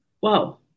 wow